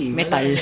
metal